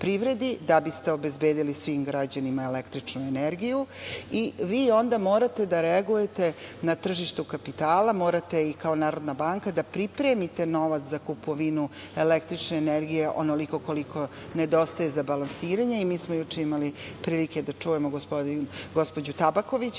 da biste obezbedili svim građanima električnu energiju i vi onda morate da reagujete na tržištu kapitala, morati i kao NBS da pripremite novac za kupovinu električne energije onoliko koliko nedostaje za balansiranje. Mi smo juče imali prilike da čujemo gospođu Tabaković